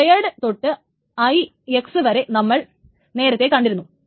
shared തൊട്ട് IX വരെ നമ്മൾ നേരത്തെ കണ്ടിരുന്നു